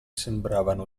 sembravano